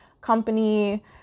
company